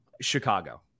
Chicago